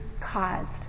caused